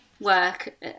work